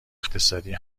اقتصادی